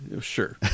sure